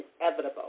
inevitable